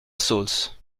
saulce